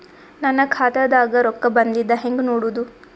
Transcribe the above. ನನ್ನ ಖಾತಾದಾಗ ರೊಕ್ಕ ಬಂದಿದ್ದ ಹೆಂಗ್ ನೋಡದು?